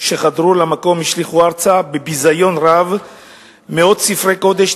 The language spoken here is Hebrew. שחדרו למקום השליכו ארצה בביזיון רב מאות ספרי קודש,